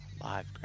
Live